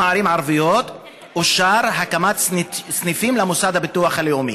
ערים ערביות אושרה הקמת סניפים לביטוח לאומי,